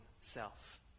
self